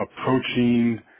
approaching